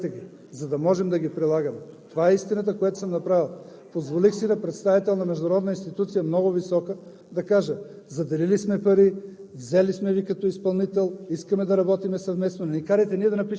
Казах: добре, ще Ви дадем 30 милиона за 8 класьора, но хайде поне направете ги, за да можем да ги прилагаме. Това е истината, която съм направил. Позволих си на представител на международна институция, много висока, да кажа: заделили сме пари,